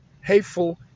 hateful